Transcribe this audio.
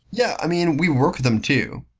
yeah, i mean we work them too.